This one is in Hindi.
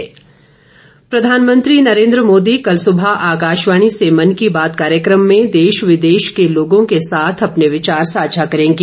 मन की बात प्रधानमंत्री नरेन्द्र मोदी कल सुबह आकाशवाणी से मन की बात कार्यक्रम में देश विदेश के लोगों के साथ अपने विचार साझा करेंगे